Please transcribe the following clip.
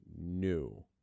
new